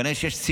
כנראה יש סיבה.